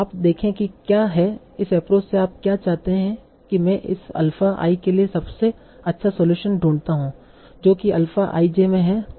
आप देखें कि क्या है इस एप्रोच से आप क्या चाहते हैं कि मैं इस अल्फा i के लिए सबसे अच्छा सलूशन ढूंढता हूं जो कि अल्फा i j में है